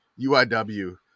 uiw